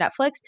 Netflix